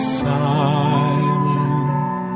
silent